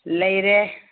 ꯂꯩꯔꯦ